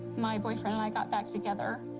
my boyfriend and i got back together.